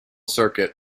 circuit